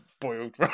Boiled